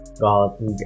god